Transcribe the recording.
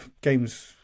games